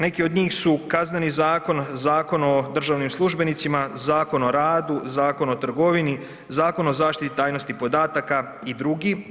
Neki od njih su Kazneni zakon, Zakon o državnim službenicima, Zakon o radu, Zakon o trgovini, Zakon o zaštiti tajnosti podataka i drugi.